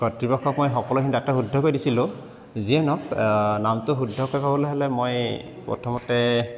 কৰ্তৃপক্ষক মই সকলোখিনি ডাটা শুদ্ধকৈ দিছিলোঁ যিয়ে নহওক নামটো শুদ্ধকৈ ক'বলৈ হ'লে মই প্ৰথমতে